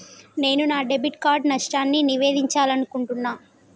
నేను నా debit card నష్టాన్ని నివేదించాలనుకుంటున్నా